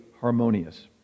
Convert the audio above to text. harmonious